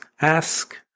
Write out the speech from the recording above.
ask